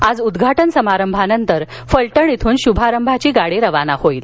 आज उद्वाटन समारंभानंतर फलटण इथून शुभारंभाची गाडी रवाना होईल